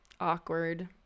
awkward